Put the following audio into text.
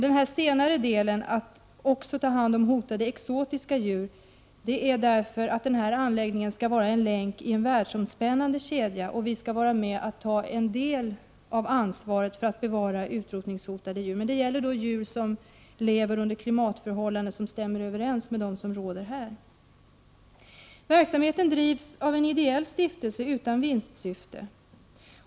Det senare, att vi också skall ta hand om exotiska djur, beror på att anläggningen skall vara en länk i en världsomspännande kedja, och Sverige skall ha en del av ansvaret Prot. 1988/89:41 för att bevara utrotningshotade djur. Det gäller då djur som lever under 8 december 1988 klimatförhållanden som stämmer överens med våra. Verksamheten drivs av en ideell stiftelse utan vinstsyfte.